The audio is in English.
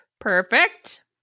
Perfect